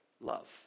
love